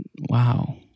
wow